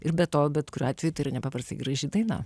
ir be to bet kuriuo atveju turiu nepaprastai graži daina